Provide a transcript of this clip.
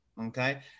Okay